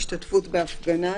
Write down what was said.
(5) השתתפות בהפגנה,